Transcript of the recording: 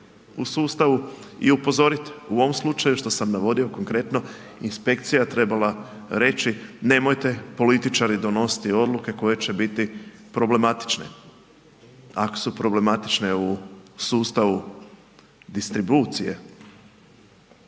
u sustavu i upozorite, u ovom slučaju što sam navodio konkretno, inspekcija je trebala reći, nemojte političari donositi odluke koje će biti problematične, ak su problematične u sustavu distribucije,